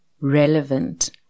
relevant